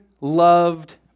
loved